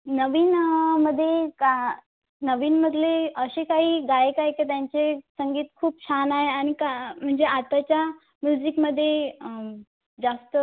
नवीन मध्ये का नवीनमधले असे काही गायक आहेत का त्यांचे संगीत खूप छान आहे आणि का म्हणजे आताच्या म्यूझिकमध्ये जास्त